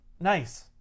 nice